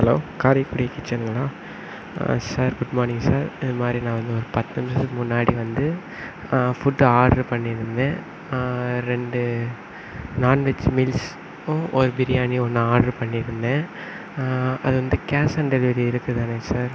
hello Karaikudi கிச்சனா sir good morning sir இந்தமாதிரி நான் வந்து ஒரு பத்து நிமிசத்துக்கு முன்னாடி வந்து ஃபுட்டு ஆட்ரு பண்ணியிருந்தேன் ரெண்டு நான் வெஜ் மீல்ஸ் ஒரு பிரியாணியும் ஒன்று ஆட்ரு பண்ணி இருந்தேன் அது வந்து கேஷ் ஆன் டெலிவெரி இருக்குதானே சார்